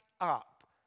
up